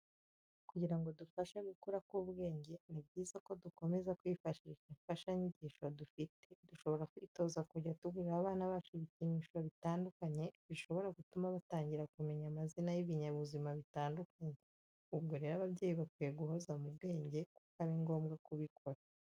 Kugira ngo dufashe gukura k'ubwenge, ni byiza ko dukomeza kwifashisha imfashanyigisho dufite. Dushobora kwitoza kujya tugurira abana bacu ibikinisho bitandukanye bishobora gutuma batangira kumenya amazina y'ibinyabuzima bitandukanye. Ubwo rero ababyeyi bakwiye guhoza mu bwenge ko ari ngombwa kubikora.